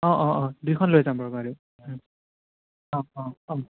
অঁ অঁ অঁ অঁ অঁ